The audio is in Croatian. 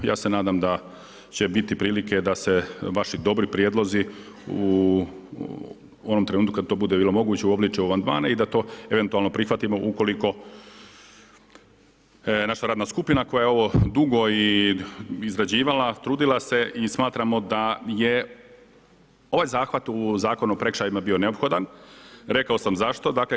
Ja se nadam da će biti prilike, da se vaši dobri prijedlozi u onom trenutku kada to bude moguće uobliče u amandmane i da to eventualno prihvatimo, ukoliko naša radna skupina koja je ovo dugo izrađivala, trudila se i smatramo da je ovaj zahvat u Zakon o prekršajima bio neophodan, rekao sam zašto.